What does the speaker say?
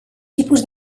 tipus